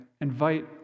invite